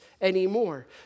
anymore